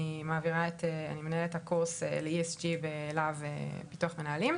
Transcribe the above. אני מנהלת את הקורס ל-ESG בלהב ביטוח מנהלים,